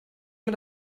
mit